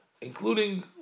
including